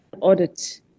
audit